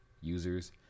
users